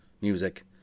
music